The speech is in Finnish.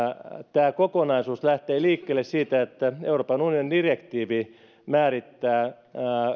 tämä kokonaisuus lähtee liikkeelle siitä että euroopan unionin direktiivi määrittää